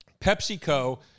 PepsiCo